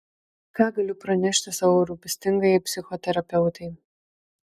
ką galiu pranešti savo rūpestingajai psichoterapeutei